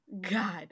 God